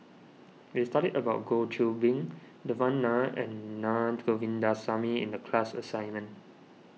we studied about Goh Qiu Bin Devan Nair and Naa Govindasamy in the class assignment